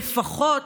לפחות